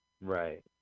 Right